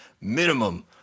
minimum